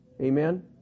Amen